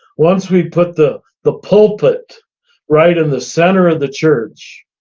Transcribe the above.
once we put the the pulpit right in the center of the church,